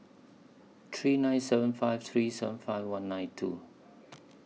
three nine seven five three seven five one nine two